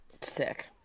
Sick